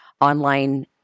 online